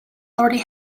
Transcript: already